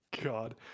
God